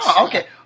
okay